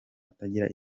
atagira